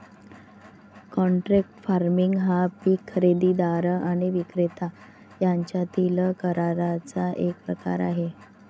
contract farming हा पीक खरेदीदार आणि विक्रेता यांच्यातील कराराचा एक प्रकार आहे